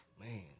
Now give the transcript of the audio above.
Man